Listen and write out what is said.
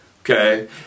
okay